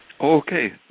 Okay